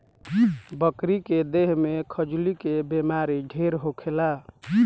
बकरी के देह में खजुली के बेमारी ढेर होखेला